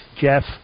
Jeff